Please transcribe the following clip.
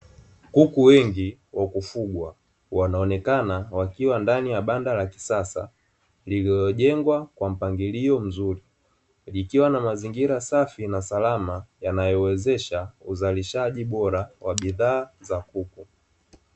Kuku wengi wa kufugwa, wanaonekana wakiwa ndani ya banda la kisasa lililojengwa kwa mpangilio mzuri, likiwa na mazingira safi na salama yanayowezesha uzalishaji bora wa bidhaa za kuku.